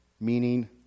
meaning